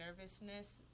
nervousness